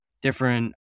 different